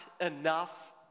enough